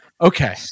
Okay